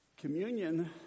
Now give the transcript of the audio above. Communion